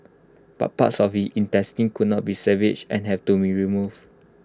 but parts of his intestines could not be salvaged and had to be removed